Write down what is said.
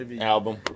Album